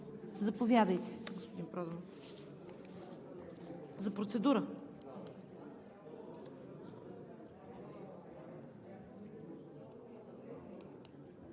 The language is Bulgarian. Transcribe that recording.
Заповядайте, господин Проданов, за процедура